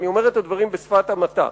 ואני אומר את הדברים בשפת המעטה.